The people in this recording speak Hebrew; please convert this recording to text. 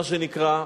מה שנקרא,